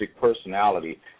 personality